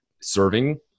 serving